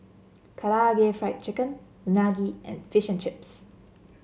Karaage Fried Chicken Unagi and Fish and Chips